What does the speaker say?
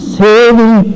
saving